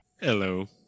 Hello